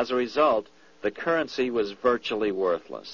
as a result the currency was virtually worthless